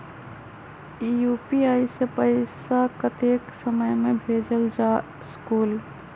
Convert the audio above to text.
UPI से पैसा कतेक समय मे भेजल जा स्कूल?